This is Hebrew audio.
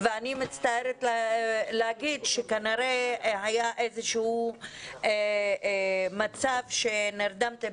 אני מצטערת לומר שכנראה היה איזשהו מצב שנרדמתם